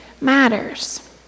matters